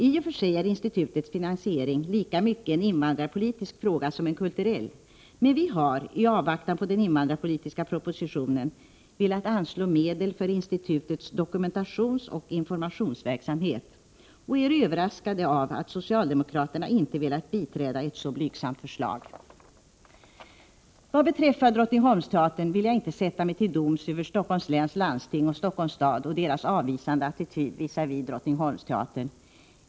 I och för sig är institutets finansiering lika mycket en invandrarpolitisk fråga som en kulturell, men vi har —i avvaktan på den invandrarpolitiska propositionen — velat anslå medel för institutets dokumentationsoch informationsverksamhet, och jag är överraskad över att socialdemokraterna inte har velat biträda ett så blygsamt förslag. Vad beträffar Drottningholmsteatern vill jag inte sätta mig till doms i frågan om Stockholms läns landstings och Stockholms stads avvisande attityd visavi denna teater.